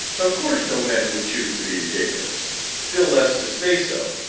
of course no man would choose to be ridiculous still less to stay so.